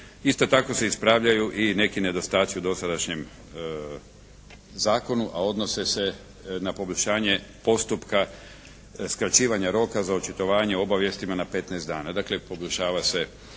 Isto tako se ispravljaju i neki nedostaci u dosadašnjem zakonu, a odnose se na poboljšanje postupka skraćivanja roka za očitovanje o obavijestima na 15 dana.